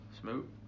Smooth